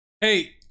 Hey